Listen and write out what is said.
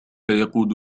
يقود